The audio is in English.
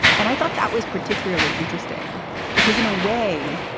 and i thought that was particularly interesting because in a way,